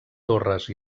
torres